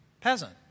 peasant